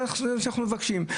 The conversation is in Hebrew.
זה מה שאנחנו מבקשים.